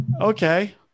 Okay